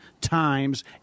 times